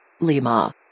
Lima